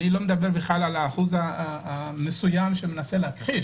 אני לא מדבר על האחוז שמנסה להכחיש,